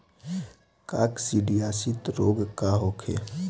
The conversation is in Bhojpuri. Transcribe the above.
काकसिडियासित रोग का होखे?